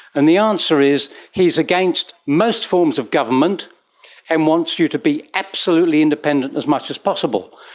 and the answer is he is against most forms of government and wants you to be absolutely independent as much as possible.